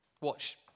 Watch